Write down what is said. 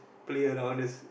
play around just